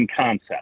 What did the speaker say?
concept